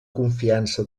confiança